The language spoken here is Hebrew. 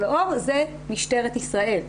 לאור זה משטרת ישראל.